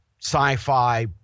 sci-fi